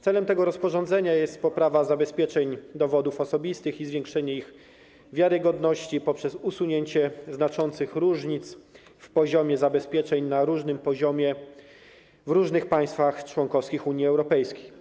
Celem tego rozporządzenia jest poprawa zabezpieczeń dowodów osobistych i zwiększenie ich wiarygodności poprzez usunięcie znaczących różnic w poziomie zabezpieczeń na różnych poziomach w różnych państwach członkowskich Unii Europejskiej.